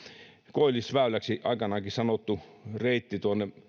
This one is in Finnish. koillisväyläksi aikanaankin sanottu reitti